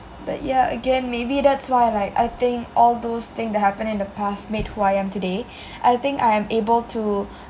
but yah again maybe that's why like I think all those thing that happened in the past made who I am today I think I am able to